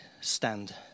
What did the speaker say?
Stand